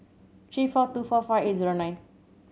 three four two four five eight zero nine